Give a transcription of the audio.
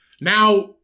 Now